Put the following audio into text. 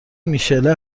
میشله